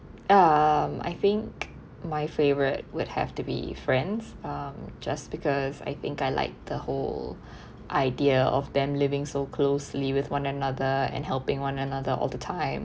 um I think my favourite would have to be friends um just because I think I like the whole idea of them living so closely with one another and helping one another all the time